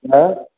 है